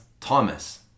Thomas